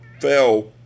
fell